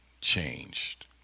changed